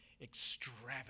extravagant